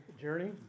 journey